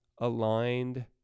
aligned